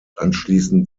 anschließend